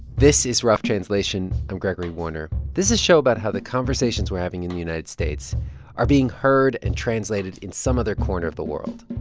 this is rough translation. i'm gregory warner. this is a show about how the conversations we're having in the united states are being heard and translated in some other corner of the world.